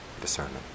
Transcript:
discernment